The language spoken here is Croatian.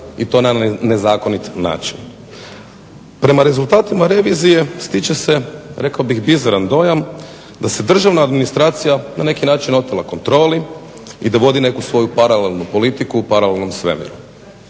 i to na nezakonit način. Prema rezultatima revizije stječe se rekao bih bizaran dojam da se državna administracija na neki način otela kontroli i da vodi neku svoju paralelnu politiku u paralelnom svemiru